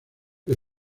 que